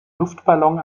luftballon